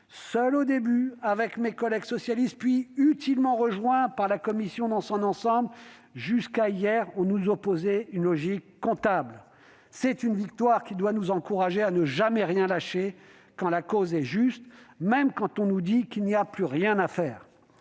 seul au début avec mes collègues socialistes, puis nous avons été utilement rejoints par la commission dans son ensemble. Jusqu'à hier, on nous opposait une logique comptable. C'est une victoire, qui doit nous encourager à ne jamais rien lâcher quand la cause est juste, même lorsqu'on nous dit qu'il n'y a plus rien à faire.